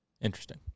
Interesting